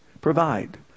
Provide